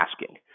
asking